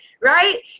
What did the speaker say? right